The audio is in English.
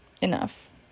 enough